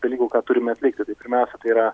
dalykų ką turime atlikti tai pirmiausia tai yra